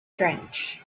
trench